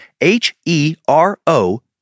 H-E-R-O